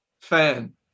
fan